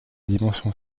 dimension